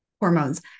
hormones